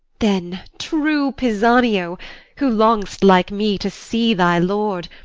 then, true pisanio who long'st like me to see thy lord,